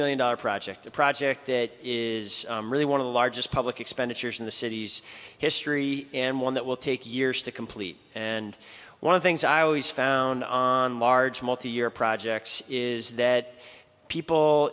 million dollars project a project that is really one of the largest public expenditures in the city's history and one that will take years to complete and one of things i always found on large multi year projects is that people